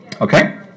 Okay